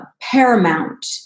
paramount